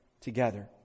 together